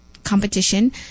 competition